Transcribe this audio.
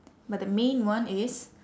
but the main one is